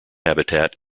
habitat